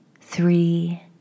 three